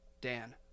Dan